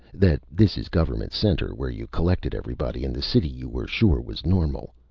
that this is government center, where you collected everybody in the city you were sure was normal.